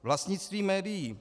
Vlastnictví médií.